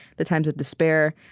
the times of despair.